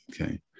Okay